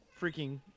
freaking